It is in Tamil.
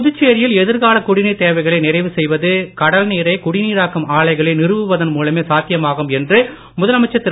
புதுச்சேரியில் எதிர்கால குடிநீர்த் தேவைகளை நிறைவு செய்வது கடல் நீரை குடிநீராக்கும் ஆலைகளை நிறுவுவதன் மூலமே சாத்தியமாகும் என்று முதலமைச்சர் திரு